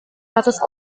ratus